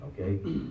okay